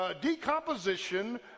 decomposition